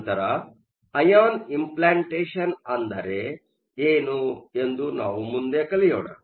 ನಂತರ ion implantation ಅಂದರೇ ಎನು ಎಂದು ನಾವು ಮುಂದೆ ಕಲಿಯೋಣ